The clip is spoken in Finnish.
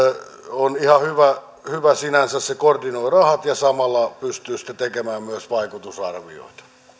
on ihan hyvä hyvä sinänsä se koordinoi rahat ja samalla pystyy sitten tekemään myös vaikutusarvioita